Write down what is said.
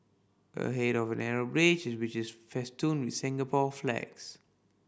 ahead is a narrow bridge which is festooned with Singapore flags